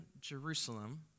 Jerusalem